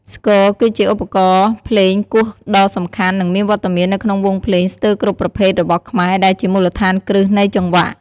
ស្គរ គឺជាឧបករណ៍ភ្លេងគោះដ៏សំខាន់ និងមានវត្តមាននៅក្នុងវង់ភ្លេងស្ទើរគ្រប់ប្រភេទរបស់ខ្មែរ ដែលជាមូលដ្ឋានគ្រឹះនៃចង្វាក់។